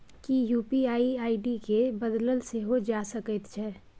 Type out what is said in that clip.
कि UPI ID केँ बदलल सेहो जा सकैत छै?